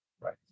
Right